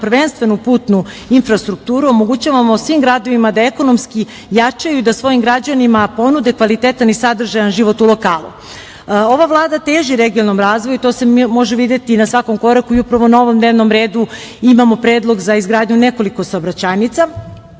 prvenstveno u putnu infrastrukturu omogućavamo svim građanima da ekonomski jačaju i da svojim građanima ponude kvalitetan i sadržajan život u lokalu. Ova Vlada teži regionalnom razvoju. To se može videti na svakom koraku. Upravo na ovom dnevnom redu imamo predlog za izgradnju nekoliko saobraćajnica. Slušali